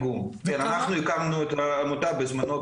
אנחנו הקמנו בזמנו עמותה,